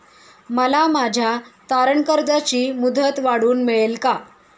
मला माझ्या तारण कर्जाची मुदत वाढवून मिळेल का?